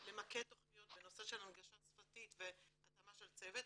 למקד תכניות בנושא של הנגשה שפתית והתאמה של צוות,